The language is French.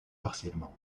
partiellement